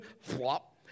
flop